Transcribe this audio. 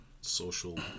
social